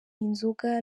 inzoga